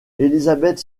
elizabeth